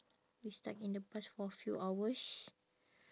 we stuck in the bus for few hours